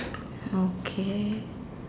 okay